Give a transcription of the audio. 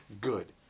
good